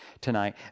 tonight